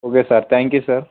okay sir thank you sir